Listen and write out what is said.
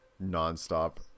non-stop